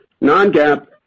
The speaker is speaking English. Non-GAAP